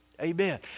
Amen